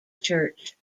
church